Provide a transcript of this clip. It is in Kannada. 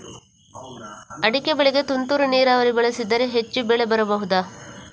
ಅಡಿಕೆ ಬೆಳೆಗೆ ತುಂತುರು ನೀರಾವರಿ ಬಳಸಿದರೆ ಹೆಚ್ಚು ಬೆಳೆ ಬೆಳೆಯಬಹುದಾ?